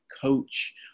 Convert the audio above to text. coach